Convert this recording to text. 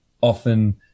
often